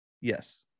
Yes